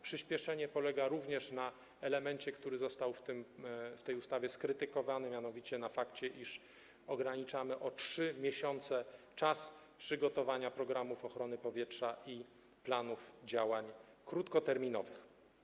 Przyspieszenie polega również na elemencie, który został w tej ustawie skrytykowany, mianowicie na fakcie, iż ograniczamy o 3 miesiące czas przygotowania programów ochrony powietrza i planów działań krótkoterminowych.